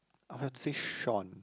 I wanna say Sean